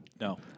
No